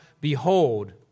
behold